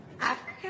Africa